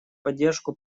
поддержку